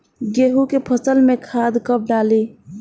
गेहूं के फसल में खाद कब डाली?